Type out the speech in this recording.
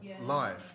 life